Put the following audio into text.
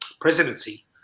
presidency